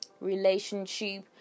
relationship